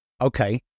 Okay